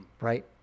right